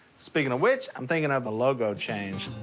speaking of which, i'm thinking ah of a logo change.